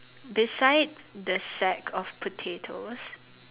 beside the sack of potatoes